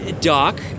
Doc